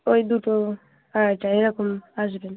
ওই দুটো আড়াইটা এই রকম আসবেন